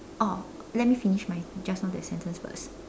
orh let me finish my just now that sentence first